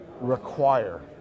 require